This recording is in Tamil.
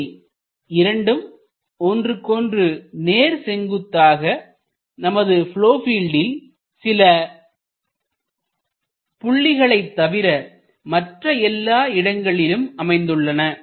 இவை இரண்டும் ஒன்றுக்கொன்று நேர் செங்குத்தாக நமது ப்லொவ் பீல்டில் சில புள்ளிகளை தவிர மற்ற எல்லா இடங்களிலும் அமைந்துள்ளன